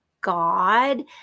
God